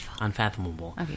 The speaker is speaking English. unfathomable